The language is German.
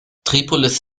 tripolis